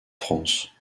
france